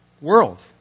world